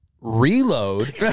Reload